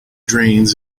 drains